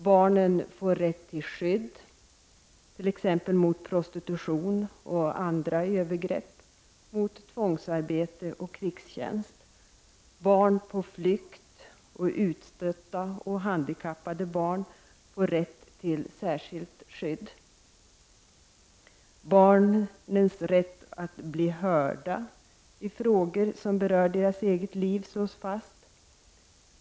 Barnen får rätt till skydd mot t.ex. prostitution och andra övergrepp, mot tvångsarbete och krigstjänst. Barn på flykt och barn som är utstötta och handikappade får rätt till särskilt skydd. Barnens rätt att bli hörda i frågor som berör deras eget liv slås fast.